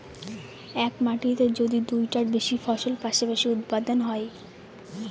এক মাটিতে যদি দুইটার বেশি ফসল পাশাপাশি উৎপাদন হয়